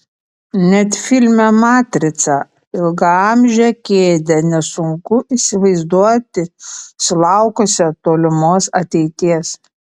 net filme matrica ilgaamžę kėdę nesunku įsivaizduoti sulaukusią tolimos ateities